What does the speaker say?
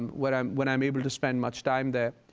when i'm when i'm able to spend much time there.